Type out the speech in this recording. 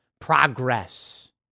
progress